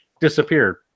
disappeared